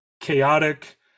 chaotic